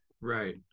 Right